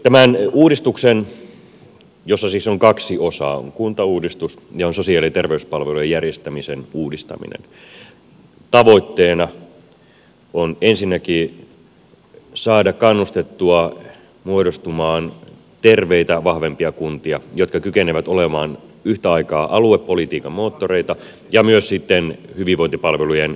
tämän uudistuksen jossa siis on kaksi osaa on kuntauudistus ja on sosiaali ja terveyspalvelujen järjestämisen uudistaminen tavoitteena on ensinnäkin saada kannustettua muodostumaan terveitä vahvempia kuntia jotka kykenevät olemaan yhtä aikaa aluepolitiikan moottoreita ja myös sitten hyvinvointipalvelujen järjestäjiä